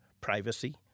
privacy